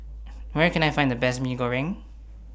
Where Can I Find The Best Mee Goreng